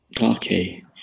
Okay